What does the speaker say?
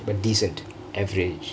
but decent average